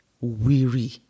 weary